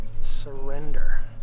surrender